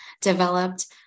developed